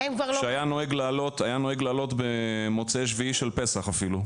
שהיה נוהג לעלות במוצאי שביעי של פסח אפילו.